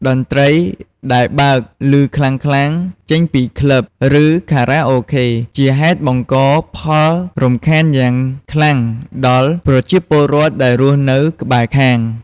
តន្ត្រីដែល បើកឮខ្លាំងៗ ចេញពី ក្លឹប ឬខារ៉ាអូខេ ជាហេតុបង្កផលរំខានយ៉ាងខ្លាំងដល់ ប្រជាពលរដ្ឋដែលរស់នៅក្បែរខាង។